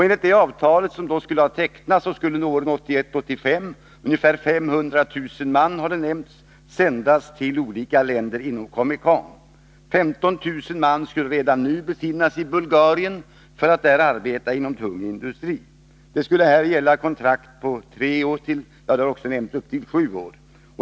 Enligt det avtal som då skulle ha tecknats skall under åren 1981-1985 ungefär 500 000 man sändas till olika länder inom Comecon. 15 000 skulle redan nu befinna sig i Bulgarien för att där arbeta inom tung industri. Det skulle här gälla ett kontrakt på tre år — det har också nämnts sju år.